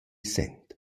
sent